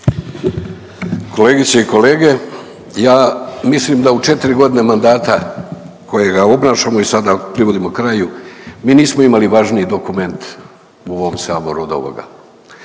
Kolegice i kolege, ja mislim da u 4.g. mandata kojega obnašamo i sada privodimo kraju, mi nismo imali važniji dokument u ovom saboru od ovoga,